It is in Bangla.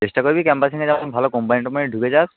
চেষ্টা করবি ক্যাম্পাসিংয়ে যেমন ভালো কোম্পানি টোম্পানি ঢুকে যাস